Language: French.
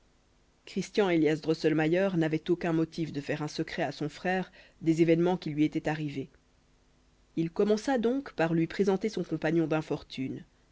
christian élias drosselmayer n'avait aucun motif de faire un secret à son frère des événements qui lui étaient arrivés il commença donc par lui présenter son compagnon d'infortune